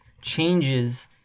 changes